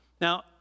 Now